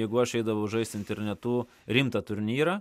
jeigu aš eidavau žaisti internetu rimtą turnyrą